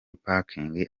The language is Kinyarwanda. parking